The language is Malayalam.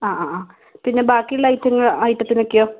അ പിന്നെ ബാക്കിയുള്ള ഐറ്റത്തിനൊക്കെയൊ